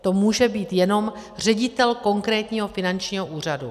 To může být jenom ředitel konkrétního finančního úřadu.